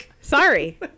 Sorry